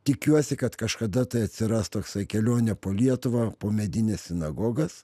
tikiuosi kad kažkada tai atsiras toksai kelionė po lietuvą po medines sinagogas